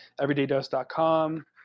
everydaydose.com